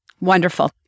wonderful